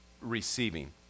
receiving